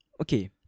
Okay